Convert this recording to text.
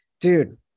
Dude